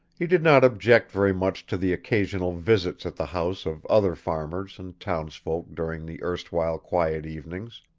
he did not object very much to the occasional visits at the house of other farmers and townsfolk during the erstwhile quiet evenings,